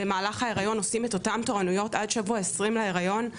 במהלך ההיריון עושים את אותן תורנויות עד שבוע 20 להיריון.